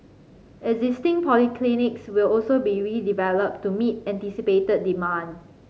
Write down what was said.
existing polyclinics will also be redeveloped to meet anticipated demand